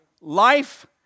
Life